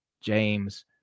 James